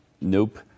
Nope